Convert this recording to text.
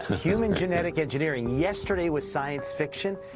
human genetic engineering. yesterday was science fiction,